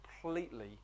completely